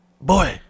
Boy